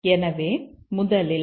எனவே முதலில் x